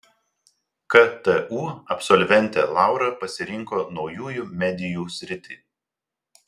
ktu absolventė laura pasirinko naujųjų medijų sritį